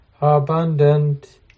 abundant